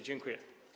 Dziękuję.